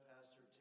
Pastor